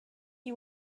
you